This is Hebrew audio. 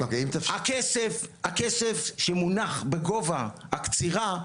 הכסף שמונח בגובה הקצירה,